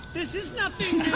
this is nothing